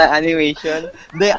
animation